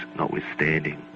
notwithstanding,